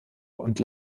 und